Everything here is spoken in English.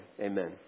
Amen